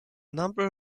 number